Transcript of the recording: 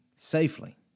safely